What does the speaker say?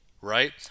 right